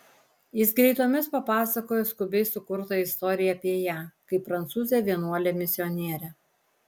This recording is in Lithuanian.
jis greitomis papasakojo skubiai sukurtą istoriją apie ją kaip prancūzę vienuolę misionierę